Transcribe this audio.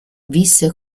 visse